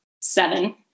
seven